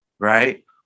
Right